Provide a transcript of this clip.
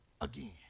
again